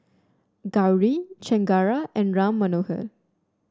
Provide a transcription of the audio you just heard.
Gauri Chengara and Ram Manohar